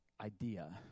idea